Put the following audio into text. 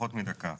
פחות מדקה.